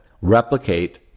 replicate